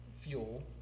fuel